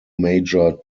major